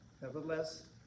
nevertheless